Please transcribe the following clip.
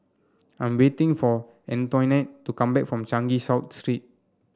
I'm waiting for Antoinette to come back from Changi South Street